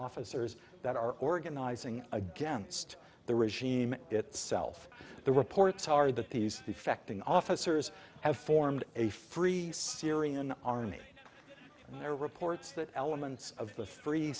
officers that are organizing against the regime itself the reports are that these effecting officers have formed a free syrian army and there are reports that elements of the free